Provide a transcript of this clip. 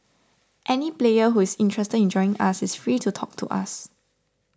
any player who is interested in joining us is free to talk to us